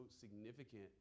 significant